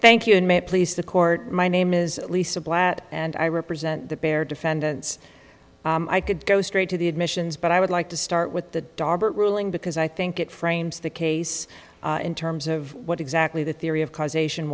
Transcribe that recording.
thank you and may it please the court my name is lisa black and i represent the bear defendants i could go straight to the admissions but i would like to start with the ruling because i think it frames the case in terms of what exactly the theory of causation